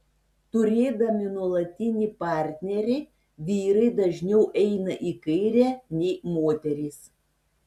turėdami nuolatinį partnerį vyrai dažniau eina į kairę nei moterys